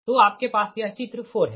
तो आपके पास यह चित्र 4 है